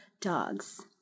dogs